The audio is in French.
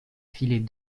filets